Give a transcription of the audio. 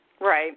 Right